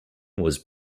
was